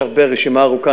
יש הרבה, רשימה ארוכה.